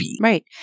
Right